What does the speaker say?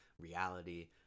reality